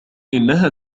إنها